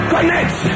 Connect